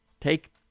Take